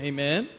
Amen